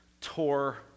tore